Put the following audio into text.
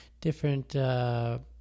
different